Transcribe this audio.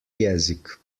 jezik